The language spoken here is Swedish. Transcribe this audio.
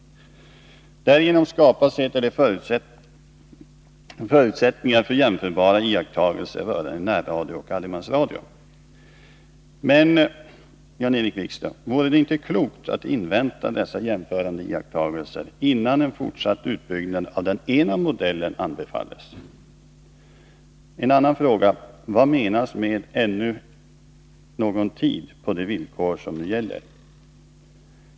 Därigenom skapas, heter det, förutsättningar för jämförbara iakttagelser rörande närradio och allemansradion. Men, Jan-Erik Wikström, vore det inte klokt att invänta dessa jämförande iakttagelser innan en fortsatt utbyggnad av den ena modellen anbefalls? En annan fråga: Vad menas med ”ännu någon tid på de villkor som nu gäller”?